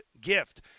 gift